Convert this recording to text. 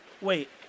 Wait